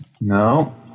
No